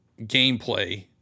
gameplay